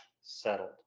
settled